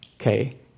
Okay